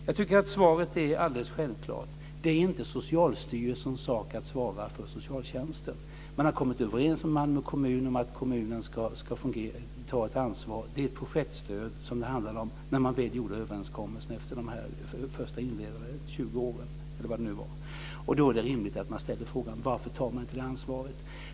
Jag tycker att svaret är alldeles självklart: Det är inte Socialstyrelsens sak att svara för socialtjänsten. Man har kommit överens med Malmö kommun om att kommunen ska ta ett ansvar. Det var ett projektstöd som det handlade om när man väl träffade överenskommelsen efter de inledande 20 åren - eller vad det nu var. Då är det rimligt att fråga varför man inte tar det ansvaret.